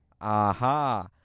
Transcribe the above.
Aha